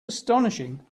astonishing